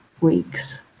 weeks